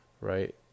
Right